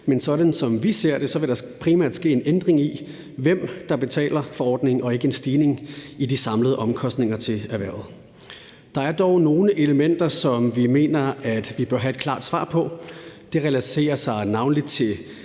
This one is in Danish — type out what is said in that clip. men sådan som vi ser det, vil der primært ske en ændring i, hvem der betaler for ordningen, og ikke en stigning i de samlede omkostninger til erhvervet. Der er dog nogle elementer, som vi mener vi bør have et klart svar på. Det relaterer sig navnlig til